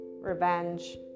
revenge